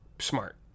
smart